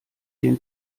den